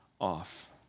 off